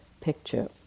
picture